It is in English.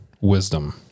wisdom